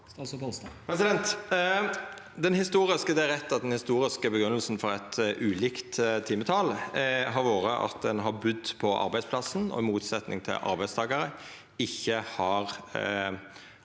Det er rett at den historiske grunngjevinga for eit ulikt timetal har vore at ein har budd på arbeidsplassen og i motsetning til arbeidstakarar ikkje har